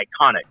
iconic